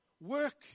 Work